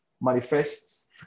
manifests